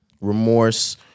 remorse